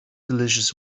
delicious